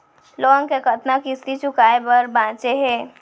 Loan के कतना किस्ती चुकाए बर बांचे हे?